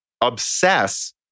obsess